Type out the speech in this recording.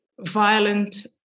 violent